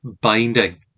binding